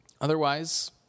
Otherwise